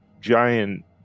giant